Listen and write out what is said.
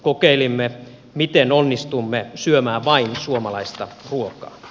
kokeilimme miten onnistumme syömään vain suomalaista ruokaa